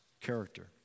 character